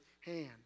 hand